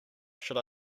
should